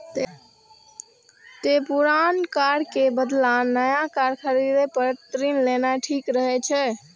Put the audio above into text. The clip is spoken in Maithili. तें पुरान कार के बदला नया कार खरीदै पर ऋण लेना ठीक रहै छै